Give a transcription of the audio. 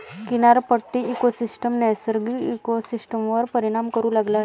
किनारपट्टी इकोसिस्टम नैसर्गिक इकोसिस्टमवर परिणाम करू लागला आहे